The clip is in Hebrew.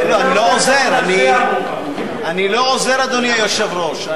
אני לא עוזר, אדוני היושב-ראש.